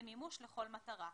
למימוש כל מטרה".